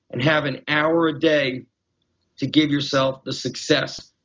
and have an hour a day to give yourself the success,